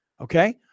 okay